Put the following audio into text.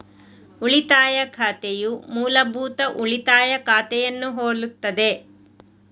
ಉಳಿತಾಯ ಖಾತೆಯು ಮೂಲಭೂತ ಉಳಿತಾಯ ಖಾತೆಯನ್ನು ಹೋಲುತ್ತದೆ